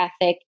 ethic